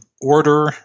order